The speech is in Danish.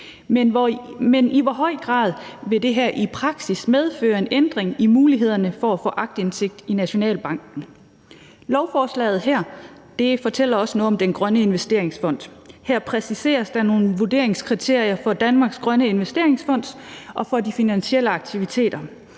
Men i hvor høj grad vil det her i praksis medføre en ændring i mulighederne for at få aktindsigt i Nationalbankens dokumenter? Lovforslaget her fortæller også noget om den grønne investeringsfond. Her præciseres der nogle vurderingskriterier for Danmarks Grønne Investeringsfond og for de finansielle aktiviteter.